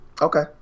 okay